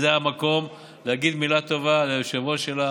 וזה המקום להגיד מילה טובה ליושב-ראש שלה